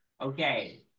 Okay